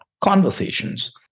conversations